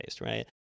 right